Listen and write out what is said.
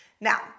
Now